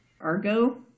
Argo